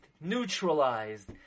neutralized